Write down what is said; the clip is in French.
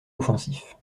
offensif